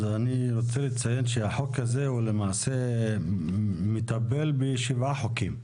ואני רוצה לציין שהחוק הוא למעשה מטפל בשבעה חוקים.